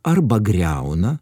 arba griauna